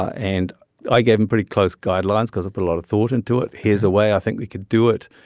and i gave them pretty close guidelines cause i put a lot of thought into it. here's a way i think we could do it.